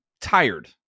tired